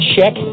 Check